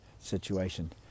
situation